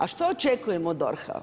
A što očekujemo od DORH-a?